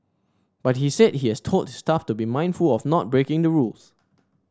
but he said he has told his staff to be mindful of not breaking the rules